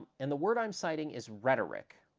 and the word i'm citing is rhetoric.